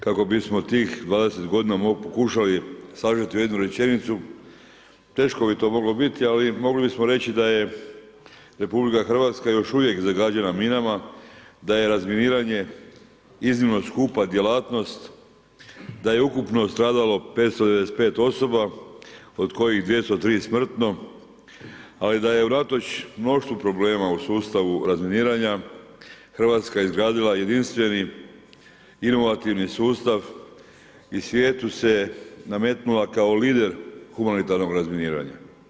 Kako bismo tih 20 godina pokušali sažeti u jednu rečenicu, teško bi to moglo biti, ali mogli bismo reći da je RH još uvijek zagađena minama, da je razminiranje iznimno skupa djelatnost, da je ukupno stradalo 595 osoba, od kojih 203 smrtno, ali da je unatoč mnoštvu problema u sustavu razminiranja Hrvatska izgradila jedinstveni, inovativni sustav i svijetu se nametnula kao lider humanitarnog razminiranja.